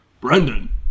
Brendan